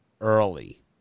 early